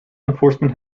enforcement